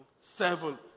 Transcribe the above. seven